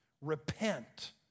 Repent